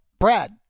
brad